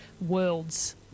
worlds